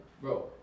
bro